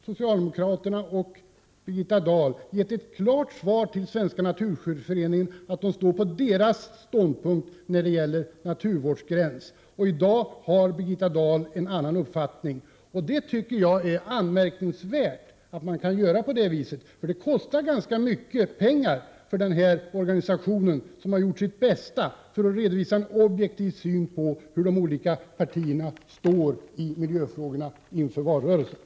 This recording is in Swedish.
Socialdemokraterna och Birgitta Dahl har emellertid gett ett klart svar till Svenska naturskyddsföreningen om att de står bakom föreningens ståndpunkter när det gäller naturvårdsgränser. I dag har Birgitta Dahl en annan uppfattning. Jag tycker att det är anmärkningsvärt att man kan göra på det sättet. Enkäten kostade ganska mycket pengar för denna organisation, som har gjort sitt bästa för att inför valrörelsen redovisa en objektiv bild av var de olika partierna står i miljöfrågorna.